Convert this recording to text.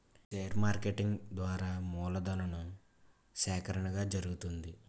share marketing ద్వారా మూలధను సేకరణ జరుగుతుంది